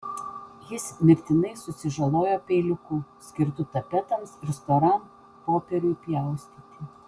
jis mirtinai susižalojo peiliuku skirtu tapetams ir storam popieriui pjaustyti